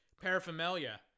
paraphernalia